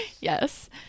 Yes